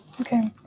Okay